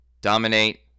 Dominate